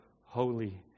holy